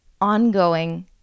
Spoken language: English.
ongoing